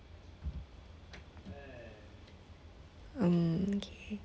mm okay